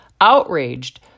outraged